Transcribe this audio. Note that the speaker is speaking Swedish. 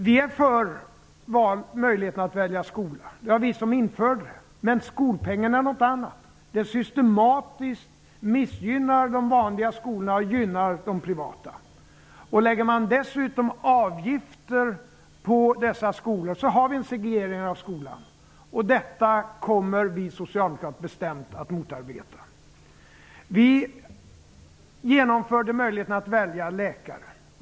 Vi är för möjligheten att välja skola. Den möjligheten införde vi. Men skolpengen är något annat. Den systematiskt missgynnar de vanliga skolorna och gynnar de privata. Lägger man dessutom avgifter på dessa skolor, har vi en segregering av skolan. Detta kommer vi socialdemokrater att bestämt motarbeta. Vi införde möjligheten att välja läkare.